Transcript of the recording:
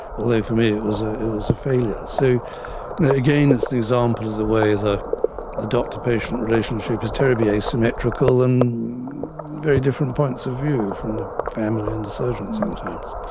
although for me it was ah it was a failure. so again, it's the example of the way the the doctor patient relationship is terribly asymmetrical and very different points of view from family and the surgeon sometimes.